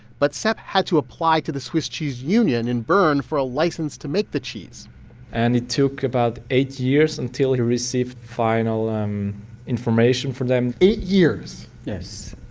but sepp had to apply to the swiss cheese union in bern for a license to make the cheese and it took about eight years until he received final um information from them eight years? yes,